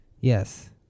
Yes